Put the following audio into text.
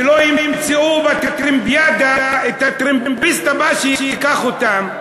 ולא ימצאו בטרמפיאדה את הטרמפ הבא שייקח אותם,